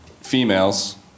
females